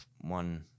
one